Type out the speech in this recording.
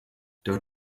der